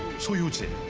so yujin